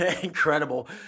incredible